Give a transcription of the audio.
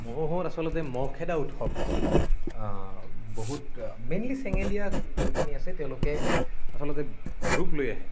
মহোহো আচলতে মহ খেদা উৎসৱ বহুত মেইনলী চেঙেলীয়া যোনখিনি আছে তেওঁলোকে আচলতে ৰূপ লৈ আহে